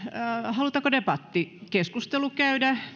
halutaanko debattikeskustelu käydä